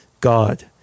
God